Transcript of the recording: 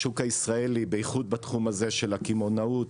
השוק הישראלי בייחוד בתחום הזה של הקמעונאות